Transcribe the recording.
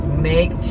make